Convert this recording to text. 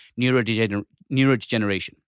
neurodegeneration